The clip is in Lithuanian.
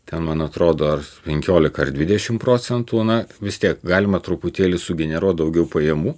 ten man atrodo ar penkiolika ar dvidešimt procentų na vis tiek galima truputėlį sugeneruot daugiau pajamų